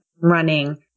running